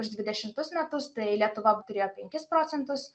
už dvidešimtus metus tai lietuva turėjo penkis procentus